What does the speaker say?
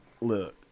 Look